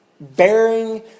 bearing